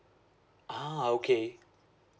ah okay